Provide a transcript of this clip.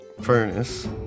furnace